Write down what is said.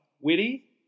Witty